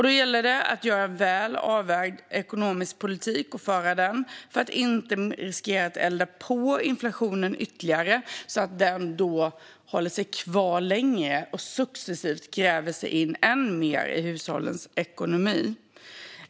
Då gäller det att föra en välavvägd ekonomisk politik för att inte riskera att elda på inflationen ytterligare så att den håller sig kvar längre och successivt gräver sig in ännu mer i hushållens ekonomi.